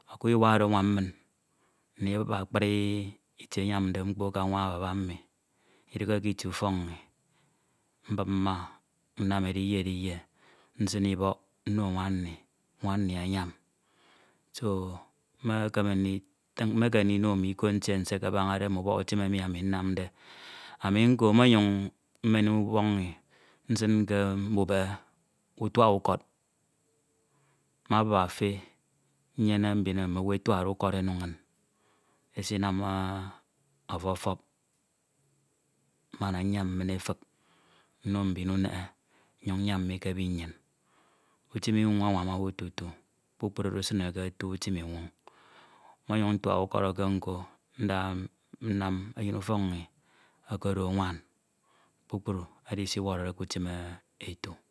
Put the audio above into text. ọkuk iwa oro anwam min ndibup akpri itie enyamde mkpo ke anwa baba mi idighe k'itie ufok nni, mbup mma ediyie ediyie nsin ibọk nno nwam nni, nwan nni anyam do mmekeme ndino mme iko ntiense abañade mme ubọk utim emi ami nnamde. Ami nko mmọ nyañ mmen ubọk nni nsin ke mbubehe ufuak ukọd mmabup efe, nnyene mbin mmowu etuak de ukọd eno inñ esinam ọfọfọp mmana nyam mmin efik nno mbin unehe mman nyam mi ke ebi nnyin. Utim inwoñ anwam owu tutu, kpukpru oro esine kotu utim inwoñ mmọnyuñ ntuak ukọd eke mi nko nnam eyin ufọk inni okodo nwan edi se iwọrọde k'utim etu